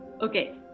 Okay